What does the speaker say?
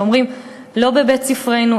שאומרים: לא בבית-ספרנו,